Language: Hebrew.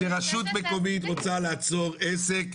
כשרשות מקומית רוצה לעצור עסק,